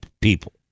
people